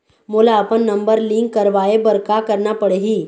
मोला अपन number link करवाये बर का करना पड़ही?